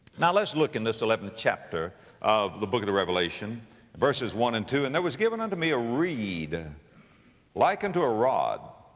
now, let's look in this eleventh chapter of the book of the revelation verses one and two, and there was given unto me a reed like unto a rod